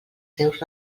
seus